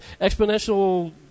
exponential